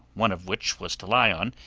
one of which was to lie on,